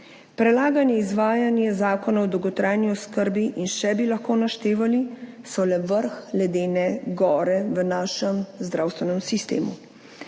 prelaganje izvajanje zakona o dolgotrajni oskrbi in še bi lahko naštevali so le vrh ledene gore v našem zdravstvenem sistemu.